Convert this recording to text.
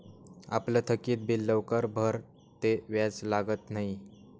आपलं थकीत बिल लवकर भरं ते व्याज लागत न्हयी